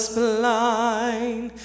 blind